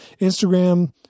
Instagram